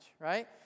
right